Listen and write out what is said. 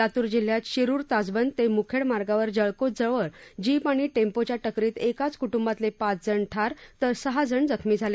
लातूर जिल्ह्यात शिरूर ताजबंद ते मुखेड मार्गावर जळकोटजवळ जीप आणि टेंपोच्या टक्करीत एकाच कुटुंबातले पाच जण ठार तर सहा जण जखमी झाले